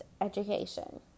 education